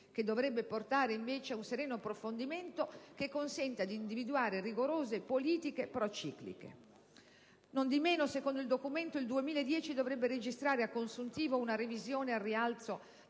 che dovrebbe portare invece ad un sereno approfondimento che consenta di individuare rigorose politiche procicliche. Nondimeno, secondo il documento, il 2010 dovrebbe registrare a consuntivo una revisione al rialzo